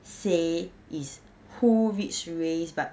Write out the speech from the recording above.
say it's who which race but